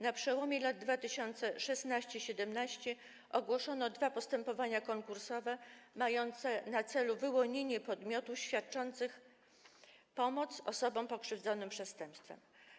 Na przełomie lat 2016 i2017 ogłoszono dwa postępowania konkursowe mające na celu wyłonienie podmiotów świadczących pomoc osobom pokrzywdzonym przestępstwem.